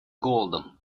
голодом